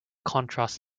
contrast